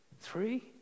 Three